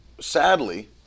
Sadly